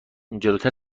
جلوتر